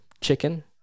chicken